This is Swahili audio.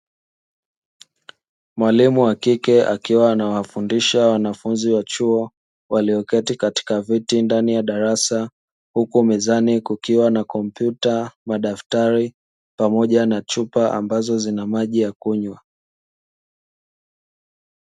Mwalimu wa kike akiwa anawafundisha wanafunzi wa chuo, walioketi katika viti ndani ya darasa, huku mezani kukiwa na kompyuta, madaftari, pamoja na chupa ambazo zina maji ya kunywa.